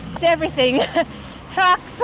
it's everything trucks,